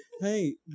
hey